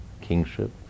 kingship